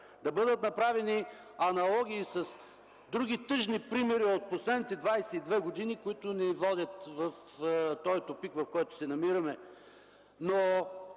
да бъдат направени аналогии с други тъжни примери от последните 22 години, които ни водят в този тупик, в който се намираме. Тук